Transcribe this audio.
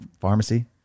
pharmacy